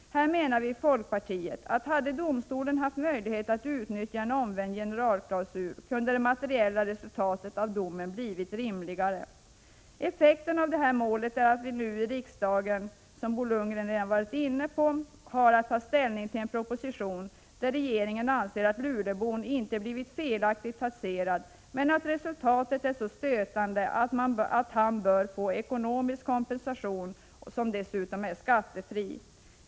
Här menar vi i folkpartiet att hade domstolen haft möjlighet att utnyttja en omvänd generalklausul kunde det materiella resultatet av domen ha blivit rimligare. Effekten av detta mål är att vi nu i riksdagen, som Bo Lundgren redan varit inne på, har att ta ställning till en proposition, där regeringen anser att luleåbon inte blivit felaktigt taxerad men att resultatet är så stötande att han bör få ekonomisk kompensation, som dessutom är skattefri.